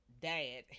dad